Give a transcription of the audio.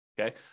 okay